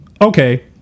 Okay